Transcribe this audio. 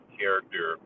character